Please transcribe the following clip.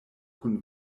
kun